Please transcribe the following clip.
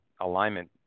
alignment